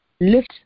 Lift